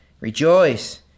Rejoice